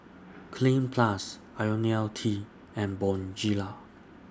Cleanz Plus Ionil T and Bonjela